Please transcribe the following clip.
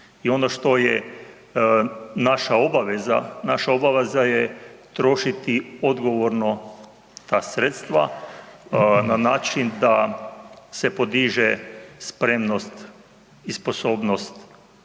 i ono što je naša obaveza, naša obaveza je trošiti odgovorno ta sredstva na način da se podiže spremnost i sposobnost